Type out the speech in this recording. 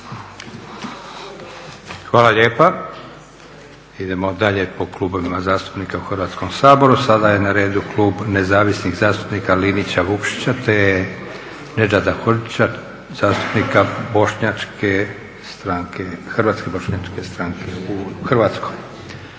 Hvala lijepa. Idemo dalje po klubovima zastupnika u Hrvatskom saboru. Sada je na redu Klub nezavisnih zastupnika Linića, Vukšića te Nedžada Hodžića, zastupnika Hrvatske bošnjačke stranke. Branko